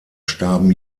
starben